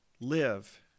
live